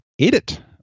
edit